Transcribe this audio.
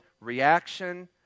reaction